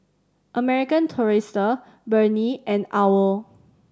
American Tourister Burnie and owl